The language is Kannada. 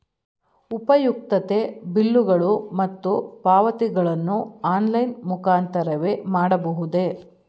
ಉಪಯುಕ್ತತೆ ಬಿಲ್ಲುಗಳು ಮತ್ತು ಪಾವತಿಗಳನ್ನು ಆನ್ಲೈನ್ ಮುಖಾಂತರವೇ ಮಾಡಬಹುದೇ?